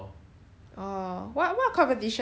err mobile legend lah